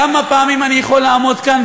כמה פעמים אני יכול לעמוד פה,